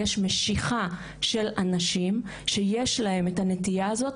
יש משיכה של אנשם שיש להם את הנטיה הזאת,